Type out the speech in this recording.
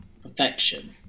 perfection